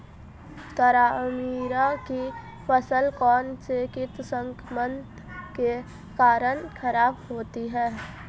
तारामीरा की फसल कौनसे कीट संक्रमण के कारण खराब होती है?